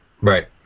Right